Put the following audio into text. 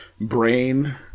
brain